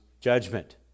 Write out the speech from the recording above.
judgment